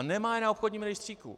Nemá je na obchodním rejstříku.